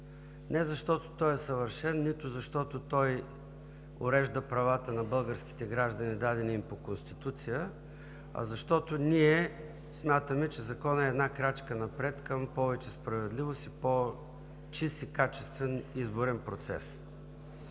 не защото той е съвършен, нито защото той урежда правата на българските граждани, дадени им по Конституция, а защото ние смятаме, че Законът е една крачка напред към повече справедливост, по-чист и качествен изборен процес.